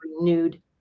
renewed